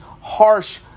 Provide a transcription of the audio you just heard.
harsh